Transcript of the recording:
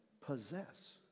possess